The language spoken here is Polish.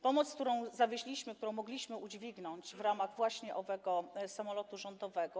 Pomoc, którą zawieźliśmy, którą mogliśmy udźwignąć w ramach właśnie owego samolotu rządowego.